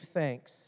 thanks